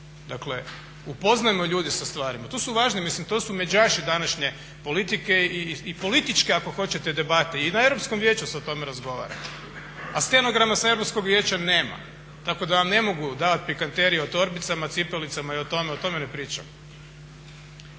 Dakle upoznajmo ljude sa stvarima, to su važne, misli to su međaši današnje politike i političke ako hoćete debate. I na Europskom vijeću se o tome razgovara. A stenograma sa Europskog vijeća nema. Tako da vam ne mogu davati pikanterije o torbicama, cipelicama i o tome, o tome ne pričam.